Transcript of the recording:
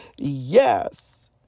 Yes